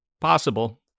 Possible